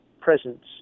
presence